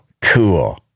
cool